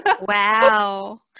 wow